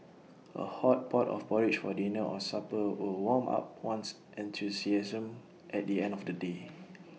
A hot pot of porridge for dinner or supper will warm up one's enthusiasm at the end of A day